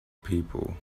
people